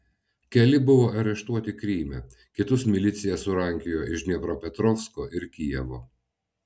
keli buvo areštuoti kryme kitus milicija surankiojo iš dniepropetrovsko ir kijevo